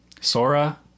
Sora